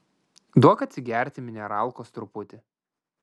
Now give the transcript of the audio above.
duok atsigerti mineralkos truputį